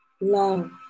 love